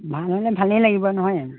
ভাল হ'লে ভালেই লাগিব নহয় জানো